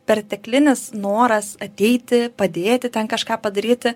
perteklinis noras ateiti padėti ten kažką padaryti